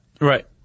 Right